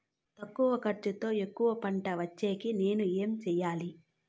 తక్కువ ఖర్చుతో ఎక్కువగా పంట వచ్చేకి నేను ఏమి చేయాలి?